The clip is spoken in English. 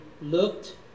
looked